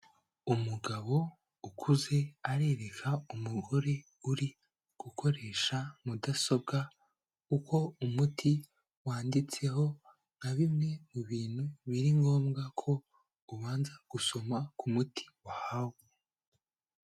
Umugabo ukuze arerereka umugore uri gukoresha mudasobwa uko umuti wanditseho nka bimwe mu bintu biri ngombwa ko ubanza gusoma ku muti wahawe.